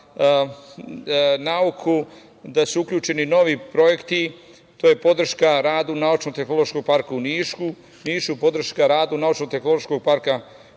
nauku, da su uključeni novi projekti. To je podrška radu Naučno tehnološkom parku u Nišu, podrška radu Naučno tehnološkog parka